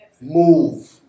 Move